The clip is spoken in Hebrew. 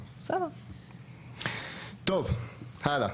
טוב, הלאה.